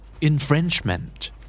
Infringement